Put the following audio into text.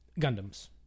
Gundams